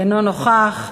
אינו נוכח.